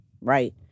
right